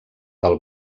del